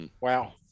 Wow